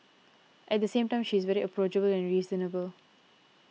at the same time she is very approachable and reasonable